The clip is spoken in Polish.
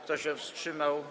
Kto się wstrzymał?